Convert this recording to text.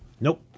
Nope